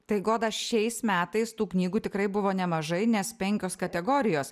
tai goda šiais metais tų knygų tikrai buvo nemažai nes penkios kategorijos